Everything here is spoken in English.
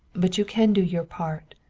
but you can do your part.